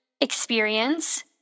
experience